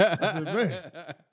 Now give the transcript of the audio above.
man